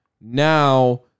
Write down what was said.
Now